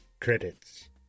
Credits